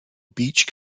beach